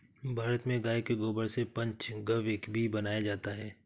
भारत में गाय के गोबर से पंचगव्य भी बनाया जाता है